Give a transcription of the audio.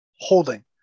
Holding